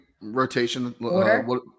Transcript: rotation